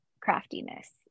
craftiness